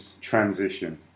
transition